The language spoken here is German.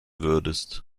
würdest